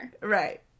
Right